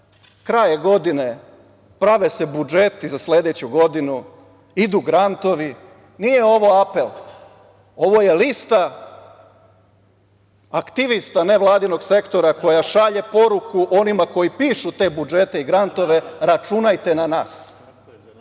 kraj je godine, prave se budžeti za sledeću godinu, idu grantovi, nije ovo apel, ovo je lista aktivista NVO, koja šalje poruku onima koji pišu te budžet i grantove računajte na nas.